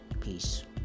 peace